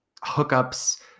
hookups